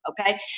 okay